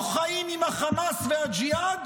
או חיים עם החמאס ועם הג'יהאד,